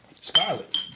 Scarlett